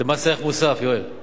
זה מס ערך מוסף, יואל.